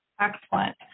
excellent